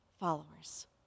followers